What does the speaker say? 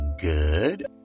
good